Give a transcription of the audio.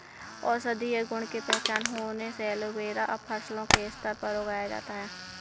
औषधीय गुण की पहचान होने से एलोवेरा अब फसलों के स्तर पर उगाया जाता है